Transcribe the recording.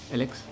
Alex